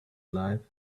life